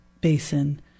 basin